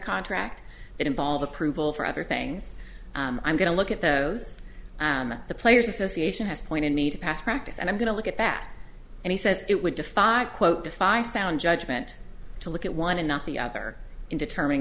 contract that involve approval for other things i'm going to look at those and the players association has pointed me to past practice and i'm going to look at that and he says it would defy quote defy sound judgement to look at one and not the other in determining